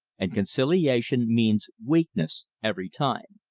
and conciliation means weakness every time.